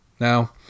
Now